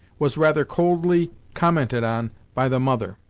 was rather coldly commented on by the mother.